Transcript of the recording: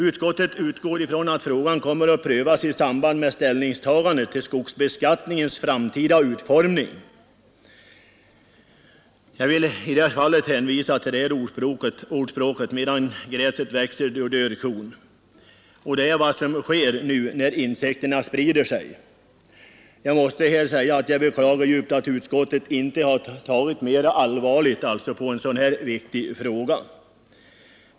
Utskottet utgår från att denna fråga kommer att prövas i samband med att riksdagen tar ställning till skogsbeskattningens framtida utformning, men där vill jag hänvisa till ordspråket: ”Medan gräset växer dör kon.” Det är ungefär vad som sker när insekterna sprider sig. Jag beklagar att utskottet inte har tagit mera allvarligt på en så viktig fråga som denna.